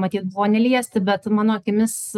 matyt buvo neliesti bet mano akimis